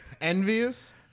Envious